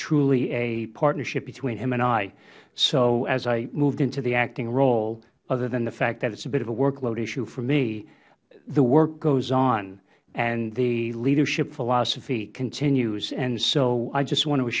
truly a partnership between him and i so as i moved into the acting role other than the fact that it is a bit of a workload issue for me the work goes on and the leadership philosophy continues so i just want